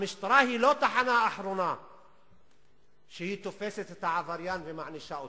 המשטרה היא לא התחנה האחרונה שתופסת את העבריין ומענישה אותו.